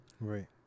Right